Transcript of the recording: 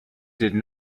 did